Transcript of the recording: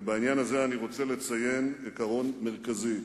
ובעניין הזה אני רוצה לציין עיקרון מרכזי.